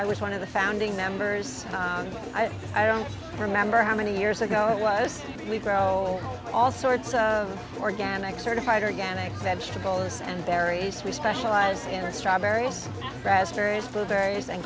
i was one of the sounding numbers i don't remember how many years ago it was we grow old all sorts of organic certified organic vegetables and berries we specialize in the strawberries raspberries blueberries and